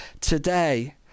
today